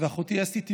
ואחותי אסתי,